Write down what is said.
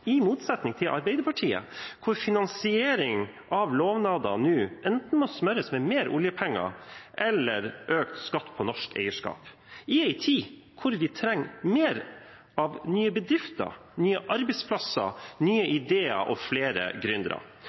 i motsetning til i Arbeiderpartiet, hvor finansering av lovnader nå enten må smøres med mer oljepenger eller økt skatt på norsk eierskap – i en tid hvor vi trenger mer av nye bedrifter, nye arbeidsplasser, nye ideer og flere